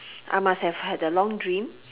I must have had a long dream